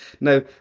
Now